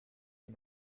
and